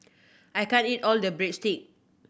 I can't eat all the Breadstick